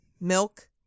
milk